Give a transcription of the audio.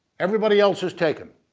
everybody else is taken.